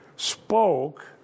spoke